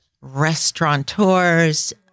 restaurateurs